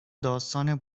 داستان